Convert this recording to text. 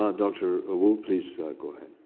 ah dr. wu, please go ahead.